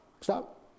stop